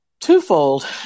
twofold